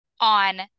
on